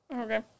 Okay